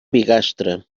bigastre